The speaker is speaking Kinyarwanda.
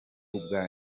ubwa